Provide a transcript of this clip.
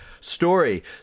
story